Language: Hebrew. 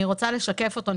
אני רוצה לשקף אותו.